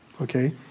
Okay